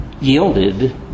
yielded